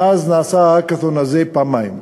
מאז נעשה ה"האקתון" הזה פעמיים.